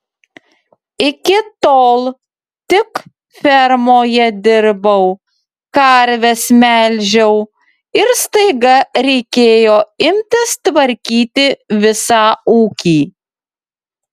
iki tol tik fermoje dirbau karves melžiau ir staiga reikėjo imtis tvarkyti visą ūkį